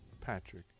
Patrick